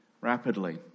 rapidly